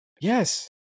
yes